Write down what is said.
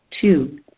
Two